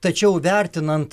tačiau vertinant